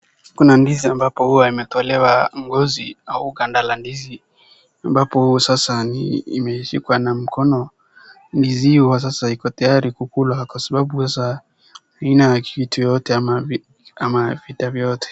Kuna ndizi ambapo huwa imetolewa ngozi au ganda la ndizi ambapo sasa imeshikwa na mkono, ndizi hiyo sasa iko tayari kukulwa kwa sababu sasa ina, haina kitu yoyote ama haina kitabu yoyote.